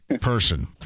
person